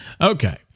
Okay